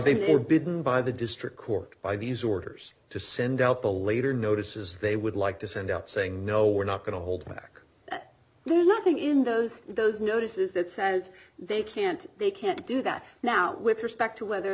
they were bitten by the district court by these orders to send out the later notices they would like to send out saying no we're not going to hold back we're looking in those those notices that says they can't they can't do that now with respect to whether